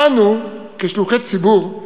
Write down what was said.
אנו, כשלוחי ציבור,